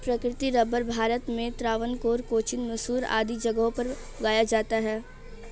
प्राकृतिक रबर भारत में त्रावणकोर, कोचीन, मैसूर आदि जगहों पर उगाया जाता है